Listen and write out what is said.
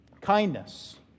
Kindness